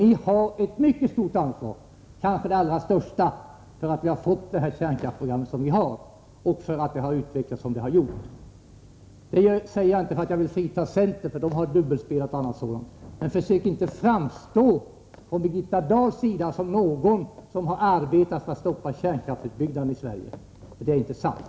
Ni har ett mycket stort ansvar, kanske det allra 11 oktober 1984 största, för att vi fått det kärnkraftsprogram vi har och för att det har utvecklats som det har gjort. Om hanteringen av Detta säger jag inte för att frita centern, som gjort sig skyldig till kärnbränsle dubbelspel och annat, men Birgitta Dahl skall inte försöka framstå som någon som arbetat för att stoppa kärnkraftsutbyggnaden i Sverige. Det är inte sant.